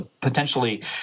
potentially